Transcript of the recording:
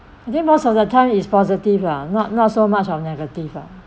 I think most of the time is positive lah not not so much of negative lah